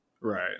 Right